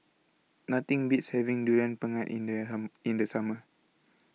Nothing Beats having Durian Pengat in There Ham in The Summer